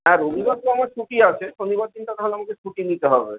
হ্যাঁ রবিবার তো আমার ছুটি আছে শনিবার দিনটা তা হলে আমাকে ছুটি নিতে হবে